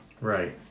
Right